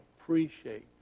appreciate